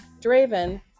Draven